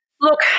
Look